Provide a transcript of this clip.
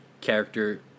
character